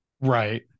Right